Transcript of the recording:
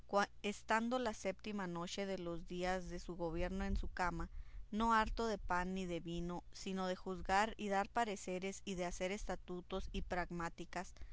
estando la séptima noche de los días de su gobierno en su cama no harto de pan ni de vino sino de juzgar y dar pareceres y de hacer estatutos y pragmáticas